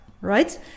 Right